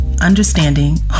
understanding